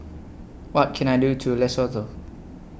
What Can I Do to Lesotho